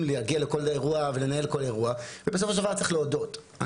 להגיע לכל אירוע ולנהל כל אירוע ובסופו של דבר צריך להודות,